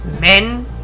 men